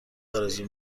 آرزو